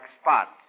spots